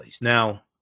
Now